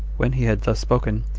when he had thus spoken,